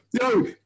Yo